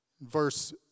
Verse